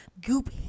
Goop